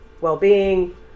well-being